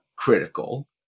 critical